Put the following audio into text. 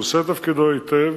הוא עושה את תפקידו היטב.